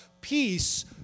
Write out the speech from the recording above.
Peace